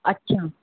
अछा